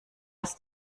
aus